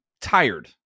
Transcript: tired